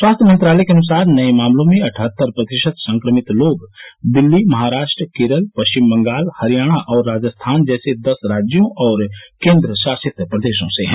स्वास्थ्य मंत्रालय के अनुसार नए मामलों में अठहत्तर प्रतिशत संक्रमित लोग दिल्ली महाराष्ट्र केरल पश्चिम बंगाल हरियाणा और राजस्थान जैसे दस राज्यों और केन्द्रशासित प्रदेशों से हैं